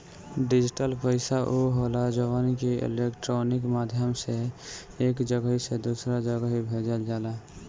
digital पईसा उ होला जवन की इलेक्ट्रोनिक माध्यम से एक जगही से दूसरा जगही भेजल जाला